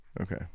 Okay